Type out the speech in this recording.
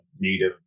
native